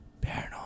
paranormal